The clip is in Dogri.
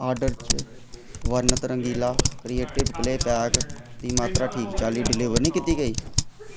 आर्डर च बर्णत रंगीला क्रिएटिव क्लेऽ पैक दी मात्तरा ठीक चाल्ली डलीवर नेईं कीती गेई